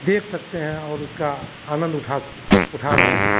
देख सकते हैं और उसका आनंद उठा उठा रहे हैं